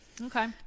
Okay